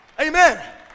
Amen